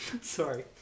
Sorry